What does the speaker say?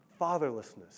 fatherlessness